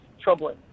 Troubling